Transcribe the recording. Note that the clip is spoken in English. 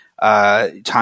Time